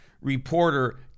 reporter